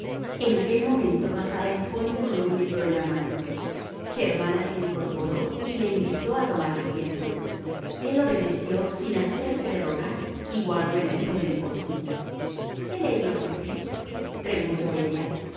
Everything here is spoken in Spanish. en aquel momento pasaba el conde con un libro en la mano germana se incorporó y le invitó a tomar asiento el obedeció sin hacerse de rogar y guardó el libro en el bolsillo qué leía usted preguntó ella